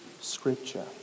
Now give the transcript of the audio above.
Scripture